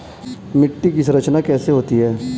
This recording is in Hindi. मिट्टी की संरचना कैसे होती है?